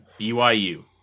BYU